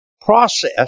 process